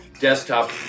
desktop